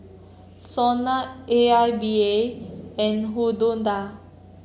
Sona A I B I and Hydundai